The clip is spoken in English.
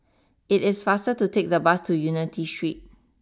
it is faster to take the bus to Unity Street